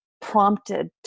prompted